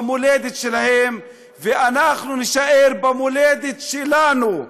האנשים נשארו במולדת שלהם ואנחנו נישאר במולדת שלנו,